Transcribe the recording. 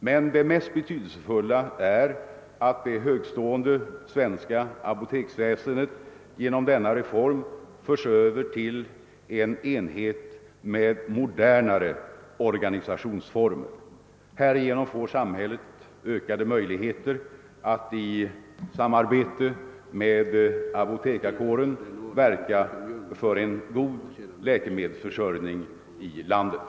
Men det mest betydelsefulla är att det högtstående svenska apoteksväsendet genom denna reform förs över till en enhet med modernare organisationsformer. Härigenom får samhället ökade möjligheter att i samarbete med apotekarkåren verka för en god läkemedelsförsörjning i landet.